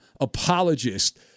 apologist